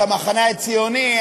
את המחנה הציוני,